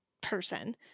person